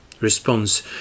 Response